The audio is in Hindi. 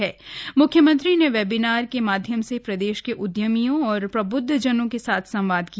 म्ख्यमंत्री ने वेबिनार के माध्यम से प्रदेश के उदयमियों और प्रब्द्वजनों के साथ संवाद किया